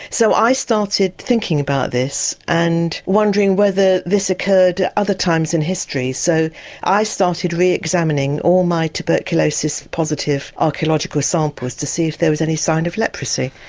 so i started thinking about this and wondering whether this occurred at other times in history so i started re-examining all my tuberculosis positive archaeological samples to see if there was any sign of leprosy.